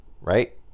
right